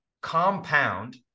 compound